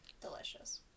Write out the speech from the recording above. delicious